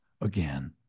again